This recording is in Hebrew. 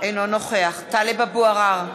אינו נוכח טלב אבו עראר,